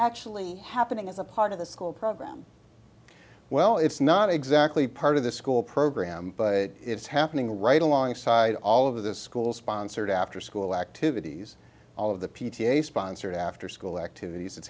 actually happening as a part of the school program well it's not exactly part of the school program but it's happening right alongside all of the school sponsored afterschool activities all of the p t a sponsored afterschool activities it's